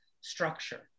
structure